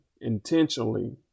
intentionally